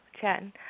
chatting